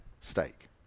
stake